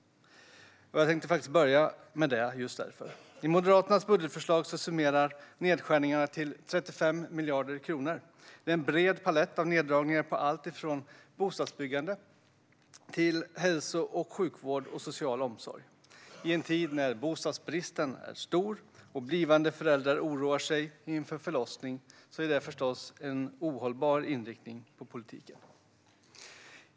Jag tänkte därför börja med det. I Moderaternas budgetförslag summerar nedskärningarna till 35 miljarder kronor. Det är en bred palett av neddragningar på allt från bostadsbyggande till hälso och sjukvård och social omsorg. I en tid när bostadsbristen är stor och blivande föräldrar oroar sig inför förlossningen är det förstås en ohållbar inriktning på politiken.